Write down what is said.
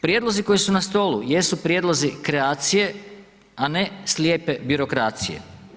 Prijedlozi koji su na stolu, jesu prijedlozi kreacije, a ne slijepe birokracije.